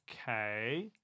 Okay